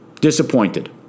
Disappointed